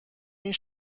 این